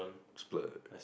splurge